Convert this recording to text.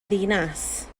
ddinas